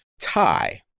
tie